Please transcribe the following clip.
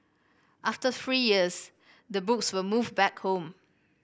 after three years the books were moved back home